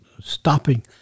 stopping